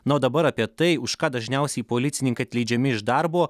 na o dabar apie tai už ką dažniausiai policininkai atleidžiami iš darbo